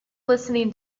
listening